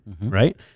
Right